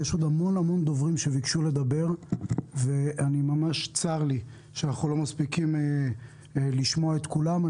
יש עוד המון דוברים שרצו להתייחס אבל צר לי שלא נספיק לשמוע את כולם.